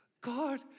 God